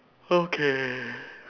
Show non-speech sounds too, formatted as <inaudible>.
<noise> okay